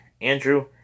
Andrew